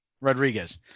Rodriguez